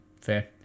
Fair